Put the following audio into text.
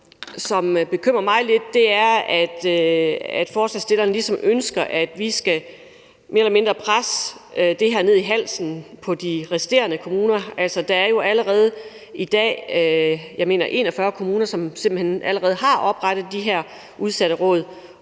som bekymrer mig lidt, er, at forslagsstillerne ligesom ønsker, at vi skal mere eller mindre presse det her ned i halsen på de resterende kommuner. Der er jo i dag 41 kommuner, mener jeg, det er, der allerede har oprettet de her udsatteråd,